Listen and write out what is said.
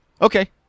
Okay